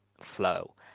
flow